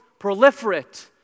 proliferate